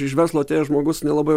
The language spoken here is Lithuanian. iš verslo atėjęs žmogus nelabai